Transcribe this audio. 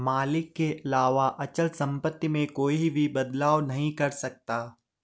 मालिक के अलावा अचल सम्पत्ति में कोई भी बदलाव नहीं कर सकता है